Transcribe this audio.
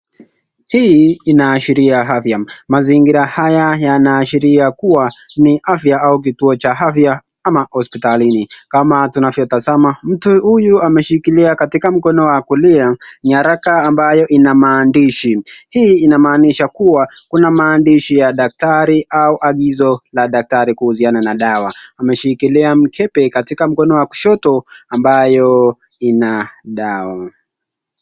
Hii inaashiria afya. Mazingira haya yanaashiria kuwa ni afya au ni kituo cha afya ama hospitalini. Kama tunavyotazama mtu huyu ameshikilia katika mkono wa kulia, nyaraka ambayo ina maandishi. Hii inamaanisha kuwa kuna maandishi ya daktari au agizo la daktari kuhusiana na dawa. Ameshikilia mkebe katika mkono wa kushoto ambayo ina dawa.